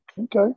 Okay